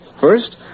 First